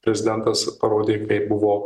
prezidentas parodė kaip buvo